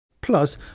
plus